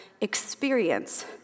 experience